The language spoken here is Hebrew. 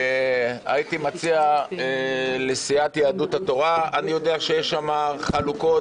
הייתי מציע לסיעת יהדות התורה אני יודע שיש שמה חלוקות